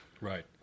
Right